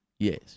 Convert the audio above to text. Yes